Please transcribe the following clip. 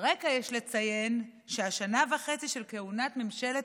ברקע יש לציין שהשנה וחצי של כהונת ממשלת